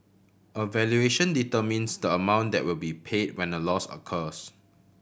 a valuation determines the amount that will be paid when a loss occurs